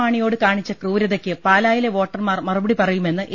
മാണിയോട് കാണിച്ച ക്രൂര തയ്ക്ക് പാലായിലെ വോട്ടർമാർ മറുപടി പറയുമെന്ന് എ